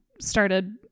started